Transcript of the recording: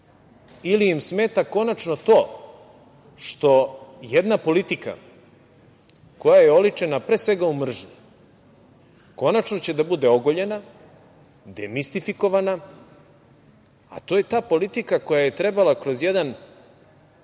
ili im smeta konačno to što jedna politika koja je oličena pre svega u mržnji, konačno će da bude ogoljena, demistifikovana, a to je ta politika koja je trebala kroz jedno